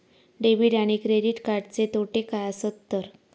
Debit आणि credit कार्डचे तोटे काय आसत तर?